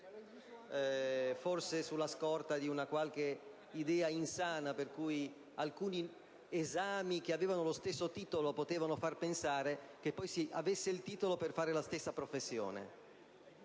forse sulla scorta di qualche idea insana secondo la quale alcuni esami che avevano lo stesso nome potevano far pensare che poi si avesse il titolo per fare la stessa professione,